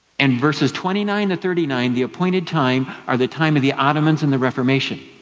and verses twenty nine to thirty nine, the appointed time, are the time of the ottomans and the reformation.